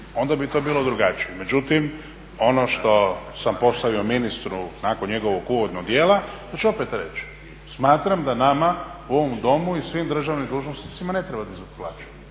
onda bi to bilo drugačije. Međutim, ono što sam postavio ministru nakon njegovog uvodnog dijela to ću opet reć smatram da nama u ovom domu i svim državnim dužnosnicima ne treba dizati plaće.